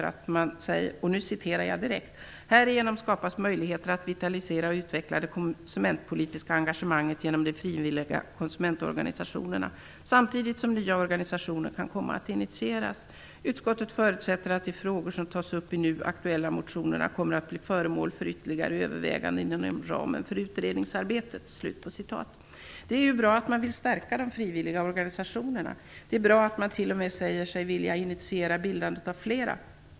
I betänkandet sägs följande: "Härigenom skapas möjligheter att vitalisera och utveckla det konsumentpolitiska engagemanget genom de frivilliga konsumentorganisationerna samtidigt som nya organisationer kan komma att initieras. Utskottet förutsätter att de frågor som tas upp i de nu aktuella motionerna kommer att bli föremål för ytterligare överväganden inom ramen för utredningsarbetet." Det är bra att man vill stärka de frivilliga organisationerna. Det är bra att man t.o.m. säger sig vilja initiera bildandet av flera.